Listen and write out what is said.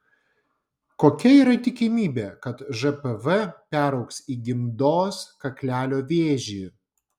kokia yra tikimybė kad žpv peraugs į gimdos kaklelio vėžį